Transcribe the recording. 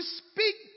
speak